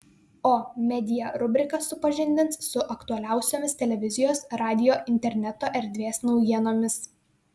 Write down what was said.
o media rubrika supažindins su aktualiausiomis televizijos radijo interneto erdvės naujienomis